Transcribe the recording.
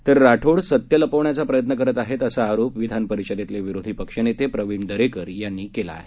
तर राठोड सत्य लपवण्याचा प्रयत्न करत आहेत असा आरोप विधान परिषदेतले विरोधी पक्ष नेते प्रवीण दरेकर यांनी केला आहे